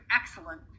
excellent